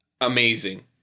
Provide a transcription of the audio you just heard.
amazing